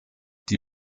die